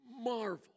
marvel